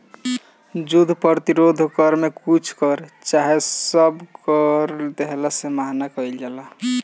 युद्ध प्रतिरोध कर में कुछ कर चाहे सब कर देहला से मना कईल जाला